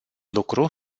lucru